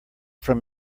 from